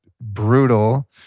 brutal